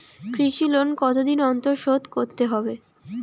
কৃষি লোন কতদিন অন্তর শোধ করতে হবে?